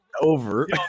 over